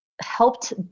helped